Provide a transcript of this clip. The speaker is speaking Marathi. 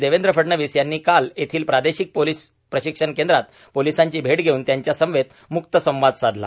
देवेंद्र फडणवीस यांनी काल येथील प्रादेशिक पोलीस प्रशिक्षण केंद्रात पोलीसांची भेट षेव्रन त्यांच्यासमवेत मुक्त संवाद साधला